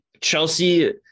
Chelsea